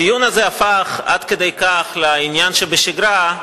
הדיון הזה הפך עד כדי כך לעניין שבשגרה,